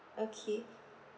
okay